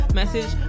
message